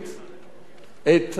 את הדיון הציבורי,